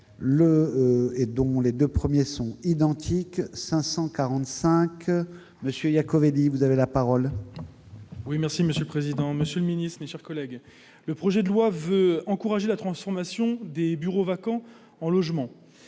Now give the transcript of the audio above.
Le projet de loi veut encourager la transformation des bureaux vacants en logements.